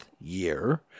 year